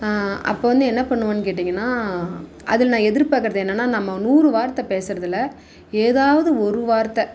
அப்போது வந்து என்ன பண்ணுவேன்னு கேட்டிங்கனால் அதில் நான் எதிர்பார்க்கறது என்னென்னா நம்ம நூறு வார்த்தை பேசறதில் ஏதாவது ஒரு வார்த்தை